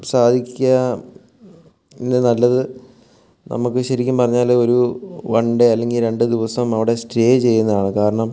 സാധിക്കുക നല്ലത് നമുക്ക് ശരിക്കും പറഞ്ഞാൽ ഒരു വൺ ഡേ അല്ലെങ്കിൽ രണ്ടു ദിവസം അവിടെ സ്റ്റേ ചെയ്യുന്നതാണ് കാരണം